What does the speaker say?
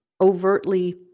overtly